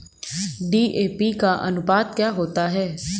DAP का अनुपात क्या होता है?